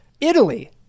Italy